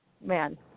man